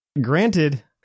Granted